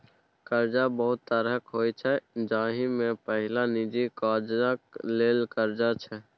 करजा बहुत तरहक होइ छै जाहि मे पहिल निजी काजक लेल करजा छै